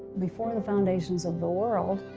before the foundations of the world,